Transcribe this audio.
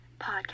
podcast